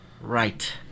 Right